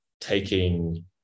taking